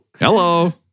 Hello